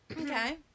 Okay